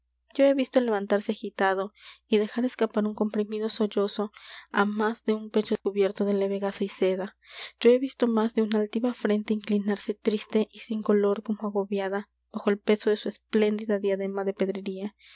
yo he visto levantarse agitado y dejar escapar un comprimido sollozo á más de un pecho cubierto de leve gasa y seda yo he visto más de una altiva frente inclinarse triste y sin color como agobiada bajo el peso de su espléndida diadema de pedrería